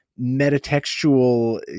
metatextual